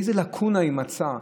איזו לקונה היא מצאה?